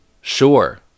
Sure